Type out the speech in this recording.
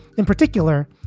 in particular,